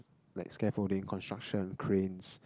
like scaffolding construction cranes